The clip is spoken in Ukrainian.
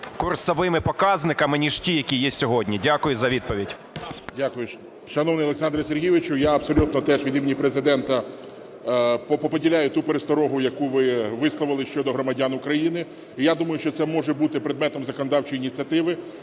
курсовими показниками ніж ті, які є сьогодні. Дякую за відповідь. 10:53:32 СТЕФАНЧУК Р.О. Дякую. Шановний Олександре Сергійовичу, я абсолютно теж від імені Президента поділяю ту пересторогу, яку ви висловили щодо громадян України. І я думаю, що це може бути предметом законодавчої ініціативи.